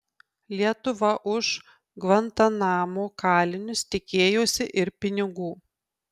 lietuva už gvantanamo kalinius tikėjosi ir pinigų